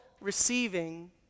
receiving